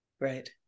right